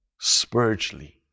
Spiritually